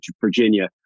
Virginia